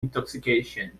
intoxication